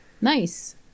Nice